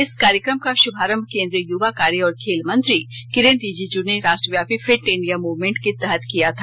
इस कार्यक्रम का शुभारंभ केन्द्रीय युवा कार्य और खेल मंत्री किरेन रिजिज् ने राष्ट्रव्यापी फिट इंडिया मूवमेंट के तहत किया था